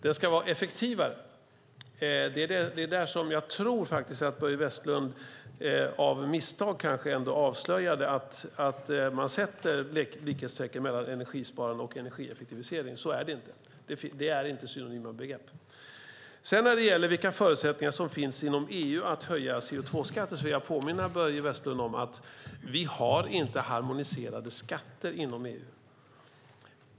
Det ska vara effektivare. Det är där jag tror att Börje Vestlund faktiskt av misstag avslöjade att man sätter likhetstecken mellan energisparande och energieffektivisering. Så är det inte; det är inte synonyma begrepp. Sedan när det gäller vilka förutsättningar som finns inom EU för att höja CO2-skatten vill jag påminna Börje Vestlund om att vi inte har harmoniserade skatter inom EU.